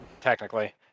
technically